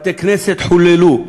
בתי-כנסת חוללו.